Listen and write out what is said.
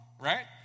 right